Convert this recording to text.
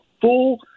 full